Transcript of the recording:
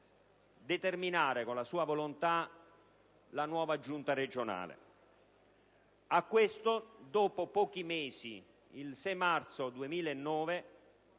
determinare con la sua volontà la nuova Giunta regionale. Successivamente, dopo pochi mesi, il 6 marzo 2009,